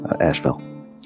Asheville